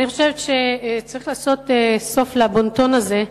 אני חושבת שצריך לעשות סוף לבון-טון הזה,